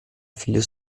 figlio